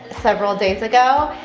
several days ago,